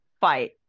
fight